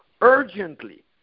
urgently